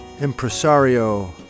impresario